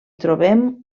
trobem